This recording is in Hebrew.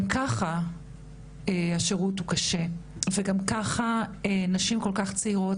גם ככה השירות הוא קשה וגם ככה נשים צעירות